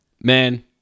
Man